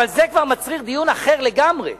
אבל זה כבר מצריך דיון אחר לגמרי.